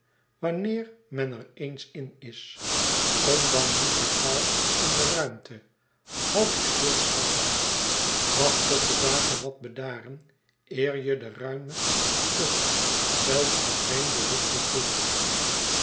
wanneer men er eens in is kom dan niet te gauw in de ruimte houd u stil schuil wacht tot de zaken wat bedaren eer je de ruime lucht zelfs de vreemde lucht beproeft